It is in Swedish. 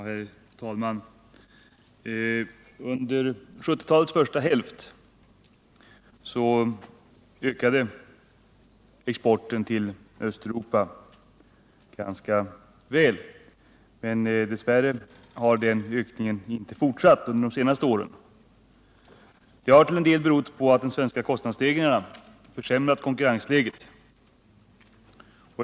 Herr talman! Under 1970-talets första hälft ökade exporten till Östeuropa ganska bra, men dess värre har den ökningen inte fortsatt under de senaste åren. Det har till en del berott på att de svenska kostnadsstegringarna försämrat konkurrensläget.